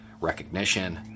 recognition